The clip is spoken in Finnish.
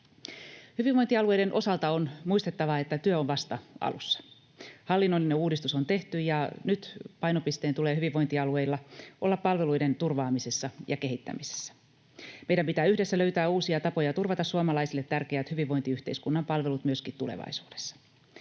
Hyvinvointialueiden osalta on muistettava, että työ on vasta alussa. Hallinnollinen uudistus on tehty, ja nyt painopisteen tulee hyvinvointialueilla olla palveluiden turvaamisessa ja kehittämisessä. Meidän pitää yhdessä löytää uusia tapoja turvata suomalaisille tärkeät hyvinvointiyhteiskunnan palvelut myöskin tulevaisuudessa.